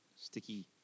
sticky